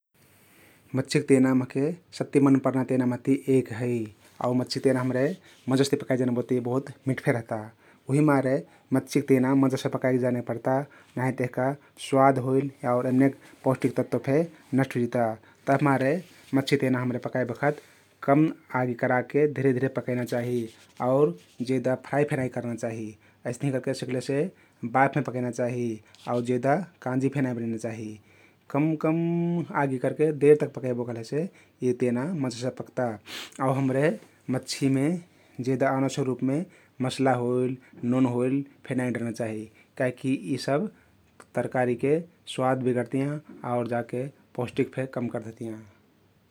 मछ्छीक तेना महके सबति मन पर्ना तेना महति एक हइ आउ मछ्छी तेना हम्रे मजस्ती पकाइ जन्बोते यी बहुत मिठ फे रहता । उहिमारे मछ्छिक तेना मजासे पकाई जानेक पर्ता नाहित यहका स्वाद होइल आउर अन्य पौष्टिक तत्व फे नष्ट हुइजिता । तभिमारे मछ्छी तेना हम्रे पकाइ बखत कम आगी कराके धिरे धिरे पकैना चाहि आउर जेदा फ्राई फे नाई कर्ना चाहि । अइस्तहिं करके सकलेसे बाफमे पकैना चाहि आउ जेदा काँजी फे नाई बनैना चाहि । कम कम आगी करके देर तक पकैबो कहलेसे यी तेना मजासे पक्ता आउ हम्रे मछ्छीमे जेदा अनावश्यक रुपमे मसला होइल, नोन होइल फे नाई डर्ना चाहि काहिकी इ सब तरकारीके स्वाद बिगतरतियाँ आउर जाके पौष्टिक फे कम करदेहतियाँ ।